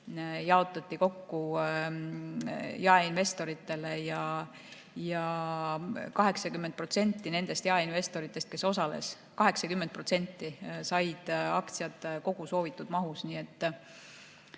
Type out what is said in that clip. jaotati kokku jaeinvestoritele. Ja 80% nendest jaeinvestoritest, kes osales, said aktsiaid kogu soovitud mahus. Nii et